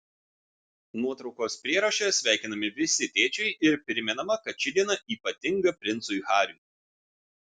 nuotraukos prieraše sveikinami visi tėčiai ir primenama kad ši diena ypatinga princui hariui